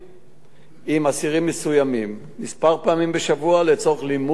עם אסירים מסוימים כמה פעמים בשבוע לצורך לימוד בצוותא.